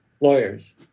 lawyers